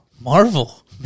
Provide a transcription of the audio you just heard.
Marvel